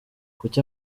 kuki